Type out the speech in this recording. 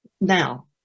now